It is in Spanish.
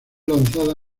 lanzada